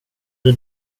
det